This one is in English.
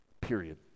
period